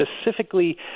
specifically